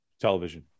Television